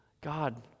God